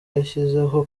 yashyizeho